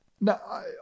Now